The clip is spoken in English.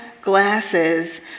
glasses